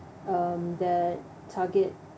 um that target